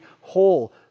whole